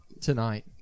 Tonight